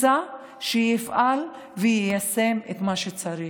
שיפעל ויישם את מה שצריך.